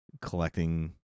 collecting